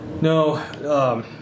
No